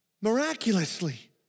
miraculously